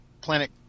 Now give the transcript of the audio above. Planet